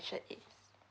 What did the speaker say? aids